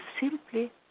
simply